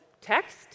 text